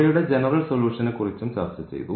അവയുടെ ജനറൽ സൊലൂഷനെ കുറിച്ചും ചർച്ച ചെയ്തു